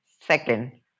second